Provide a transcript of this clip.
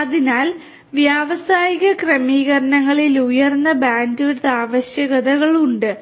അതിനാൽ വ്യാവസായിക ക്രമീകരണങ്ങളിൽ ഉയർന്ന ബാൻഡ്വിഡ്ത്ത് ആവശ്യകതകളുണ്ട്